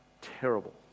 terrible